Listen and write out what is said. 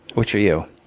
which are you?